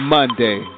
Monday